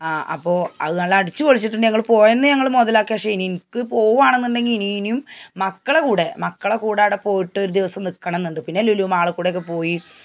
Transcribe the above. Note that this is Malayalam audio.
ആ അപ്പോള് അത് നല്ല അടിച്ചുപൊളിച്ചിട്ട് തന്നെ ഞങ്ങൾ പോയ അന്ന് ഞങ്ങള് മുതലാക്കി പക്ഷെ എനിക്ക് പോവാണെന്നുണ്ടെങ്കില് ഇനിയും മക്കളെ കൂടെ മക്കളെ കൂടെ അവിടെ പോയിട്ട് ഒരു ദിവസം നിക്കണമെന്നുണ്ട് പിന്നെ ലുലു മാളില് കൂടെയൊക്കെ പോയി